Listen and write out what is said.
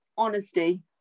Honesty